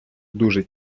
дуже